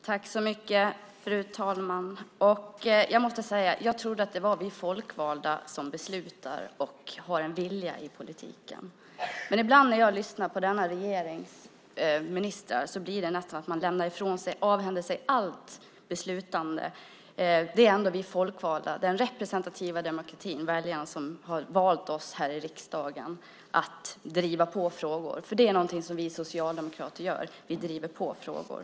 Fru talman! Jag måste säga att jag trodde att det var vi folkvalda som beslutar och har en vilja i politiken. Men ibland när jag lyssnar på denna regerings ministrar hör jag nästan att de lämnar ifrån sig och avhänder sig allt beslutande. Vi är ändå folkvalda. Detta är den representativa demokratin; det är väljarna som har valt oss här i riksdagen till att driva på frågor. Det är någonting som vi socialdemokrater gör - vi driver på frågor.